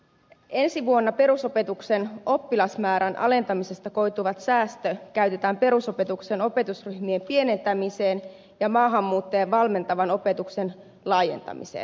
ensi vuonna perusopetuksen oppilasmäärän alentamisesta koituvat säästöt käytetään perusopetuksen opetusryhmien pienentämiseen ja maahanmuuttajien valmentavan opetuksen laajentamiseen